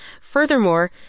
Furthermore